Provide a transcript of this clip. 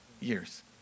years